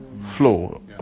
Flow